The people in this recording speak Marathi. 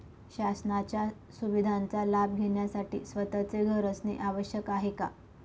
शासनाच्या सुविधांचा लाभ घेण्यासाठी स्वतःचे घर असणे आवश्यक आहे का?